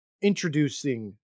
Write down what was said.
Introducing